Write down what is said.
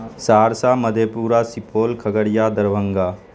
Saharsa Madhepura Supaul Khagaria Darbhanga